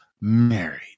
married